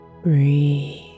Breathe